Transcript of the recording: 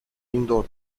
indoor